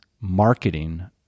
marketing